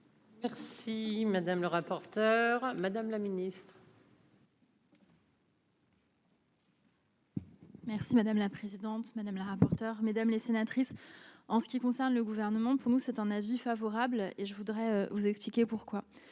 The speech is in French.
Merci madame la présidente, madame la rapporteure mesdames les sénatrices. En ce qui concerne le gouvernement, pour nous, c'est un avis favorable et je voudrais vous expliquer pourquoi